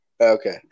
Okay